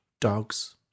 dogs